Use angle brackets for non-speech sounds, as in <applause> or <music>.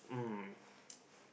mm <breath>